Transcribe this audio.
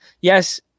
Yes